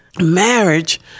marriage